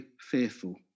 fearful